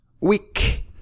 week